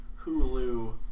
Hulu